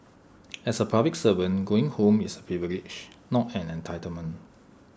as A public servant going home is A privilege not an entitlement